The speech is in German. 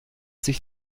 sich